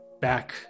back